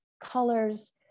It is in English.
colors